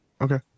Okay